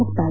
ಮುಕ್ತಾಯ